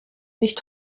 nicht